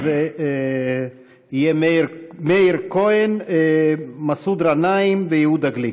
אז יהיו מאיר כהן, מסעוד גנאים ויהודה גליק.